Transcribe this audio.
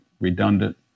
redundant